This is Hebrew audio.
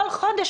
כל חודש,